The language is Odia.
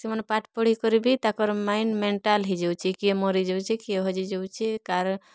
ସେମାନେ ପାଠ୍ ପଢ଼ିକରି ବି ତାକର୍ ମାଇଣ୍ଡ୍ ମେଣ୍ଟାଲ୍ ହେଇଯାଉଛି କିଏ ମରିଯାଉଛେ କିଏ ହଜିଯାଉଛେ କାର